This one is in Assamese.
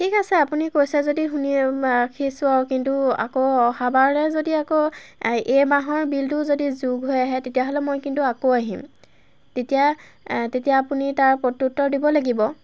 ঠিক আছে আপুনি কৈছে যদি শুনি ৰাখিছোঁ আৰু কিন্তু আকৌ অহাবাৰলৈ যদি আকৌ এই মাহৰ বিলটো যদি যোগ হৈ আহে তেতিয়াহ'লে মই কিন্তু আকৌ আহিম তেতিয়া তেতিয়া আপুনি তাৰ প্ৰত্য়ুত্তৰ দিব লাগিব